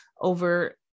over